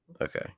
Okay